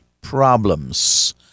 problems